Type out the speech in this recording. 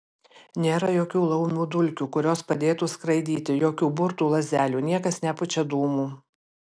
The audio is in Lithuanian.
nėra jokių laumių dulkių kurios padėtų skraidyti jokių burtų lazdelių niekas nepučia dūmų